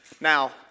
Now